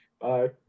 Bye